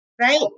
right